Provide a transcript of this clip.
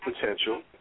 potential